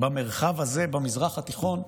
במרחב הזה במזרח התיכון,